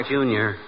Junior